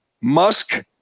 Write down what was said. Musk